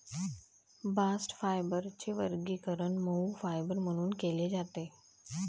bast फायबरचे वर्गीकरण मऊ फायबर म्हणून केले जाते